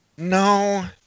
No